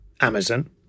Amazon